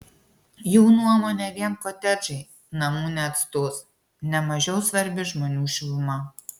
jų nuomone vien kotedžai namų neatstos ne mažiau svarbi žmonių šiluma